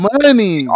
money